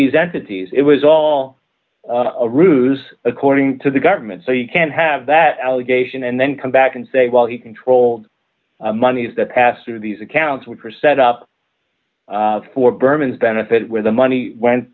these entities it was all a ruse according to the government so you can have that allegation and then come back and say well he controlled monies that pass through these accounts were set up for berman's benefit where the money went